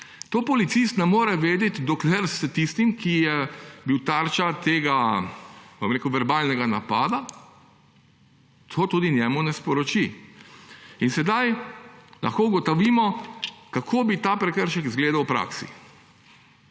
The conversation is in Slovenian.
Tega policist ne more vedeti, dokler tisti, ki je bil tarča tega verbalnega napada, tega tudi njemu ne sporoči. In sedaj lahko ugotovimo, kako bi ta prekršek zgledal v praksi.